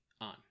on